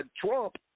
Trump